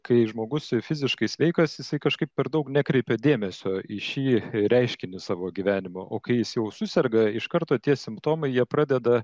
kai žmogus fiziškai sveikas jisai kažkaip per daug nekreipia dėmesio į šį reiškinį savo gyvenimo o kai jis jau suserga iš karto tie simptomai jie pradeda